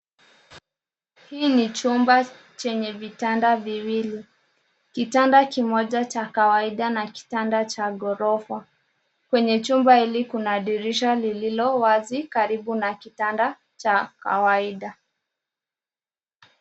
Hii ni chumba chenye vitanda viwili. Kitanda kimoja cha kawaida na kitanda cha ghorofa. Kwenye chumba hili kuna dirisha lililowazi karibu na kitanda cha kawaida.